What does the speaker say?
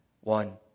One